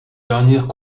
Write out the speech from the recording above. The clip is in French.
dernières